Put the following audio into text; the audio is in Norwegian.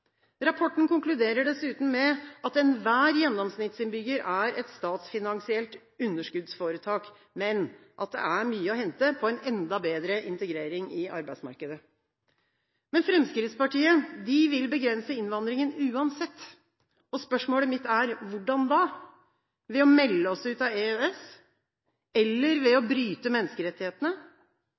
Rapporten konkluderer dessuten med at enhver gjennomsnittsinnbygger er et statsfinansielt underskuddsforetak, men at det er mye å hente på en enda bedre integrering i arbeidsmarkedet. Men Fremskrittspartiet vil begrense innvandringen uansett, og spørsmålet mitt er: Hvordan? Ved å melde oss ut av EØS? Eller ved å bryte menneskerettighetene?